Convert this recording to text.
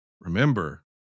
Remember